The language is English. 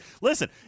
Listen